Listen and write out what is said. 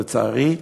לצערי,